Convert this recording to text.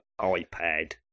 iPad